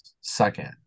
Second